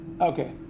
okay